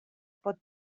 pot